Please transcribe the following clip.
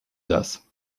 das